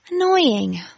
Annoying